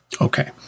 Okay